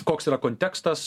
koks yra kontekstas